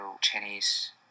Chinese